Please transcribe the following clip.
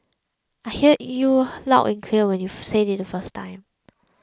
I heard you loud and clear when you said it first time